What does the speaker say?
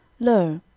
lo,